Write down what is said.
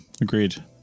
agreed